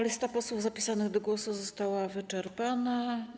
Lista posłów zapisanych do głosu została wyczerpana.